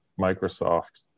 Microsoft